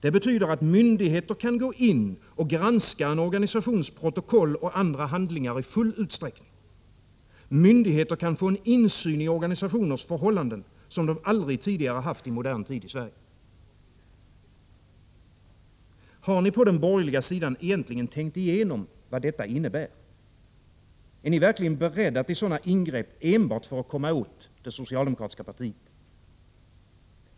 Det betyder att myndigheter kan gå in och granska en organisations protokoll och andra handlingar i full utsträckning. Myndigheter kan få en insyn i organisationers förhållanden, som de aldrig tidigare haft i modern tid i Sverige. Har ni på den borgerliga sidan egentligen tänkt igenom vad detta innebär? Är ni verkligen beredda till sådana ingrepp enbart för att komma åt det socialdemokratiska partiet?